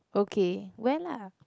okay wear lah